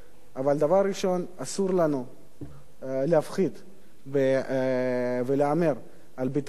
אבל דבר ראשון אסור לנו להפחית ולהמר על ביטחון.